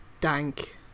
dank